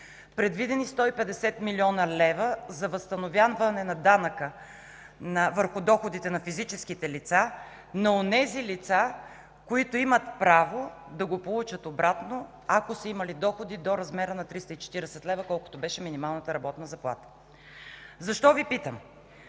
предвидени 150 млн. лв. за възстановяване на данъка върху доходите на физическите лица на онези лица, които имат право да го получат обратно, ако са имали доходи до размера на 340 лв., колкото беше минималната работна. Защо Ви питам?